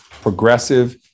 progressive